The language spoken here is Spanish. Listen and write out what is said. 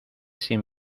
sin